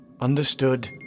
Understood